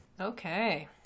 okay